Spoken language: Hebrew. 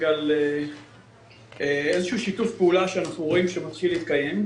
על איזה שהוא שיתוף פעולה שאנחנו רואים שמתחיל להתקיים,